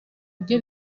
rye